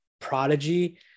prodigy